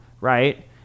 right